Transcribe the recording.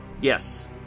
Yes